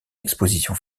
exposition